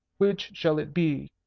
which shall it be?